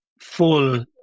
full